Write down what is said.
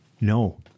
no